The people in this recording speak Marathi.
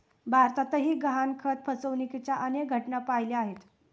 भारतातही गहाणखत फसवणुकीच्या अनेक घटना पाहिल्या आहेत